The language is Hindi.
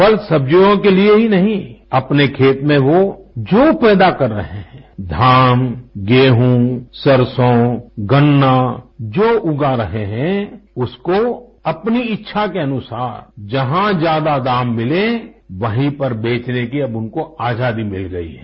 फल सब्जियों के लिए ही नहीं अपने खेत में वो जो पैदा कर रहें हैं धान गेहूं सरसों गन्ना जो उगा रहे हैं उसको अपनी इच्छा के अनुसार जहाँ ज्यादा दाम मिले वहीँ पर बेचने की अब उनको आजादी मिल गई है